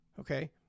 Okay